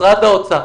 משרד האוצר,